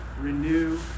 Renew